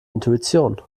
intuition